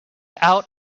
out